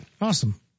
Awesome